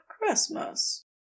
Christmas